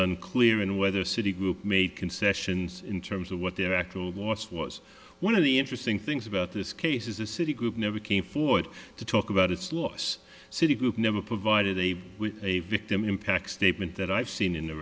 unclear and whether citi group made concessions in terms of what their actual loss was one of the interesting things about this case is the city group never came forward to talk about its loss citi group never provided a victim impact statement that i've seen in the